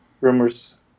rumors